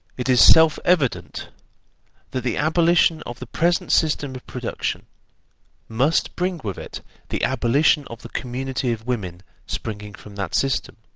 it is self-evident that the abolition of the present system of production must bring with it the abolition of the community of women springing from that system,